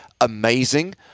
amazing